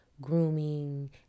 grooming